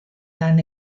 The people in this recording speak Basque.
lan